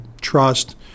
trust